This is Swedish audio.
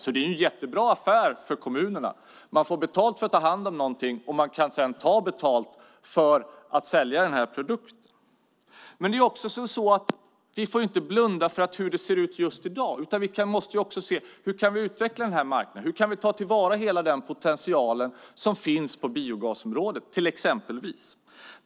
Det är alltså en jättebra affär för kommunerna: Man får betalt för att ta hand om någonting, och man kan sedan ta betalt för att sälja produkten. Vi får heller inte blunda för hur det ser ut just i dag, utan vi måste se hur vi kan utveckla marknaden och ta till vara hela den potential som finns på exempelvis biogasområdet.